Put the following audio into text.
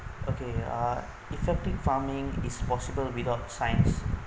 okay uh effective farming is possible without science